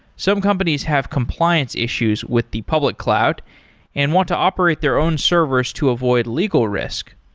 some companies have compliance issues with the public cloud and want to operate their own servers to avoid legal risk.